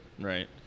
right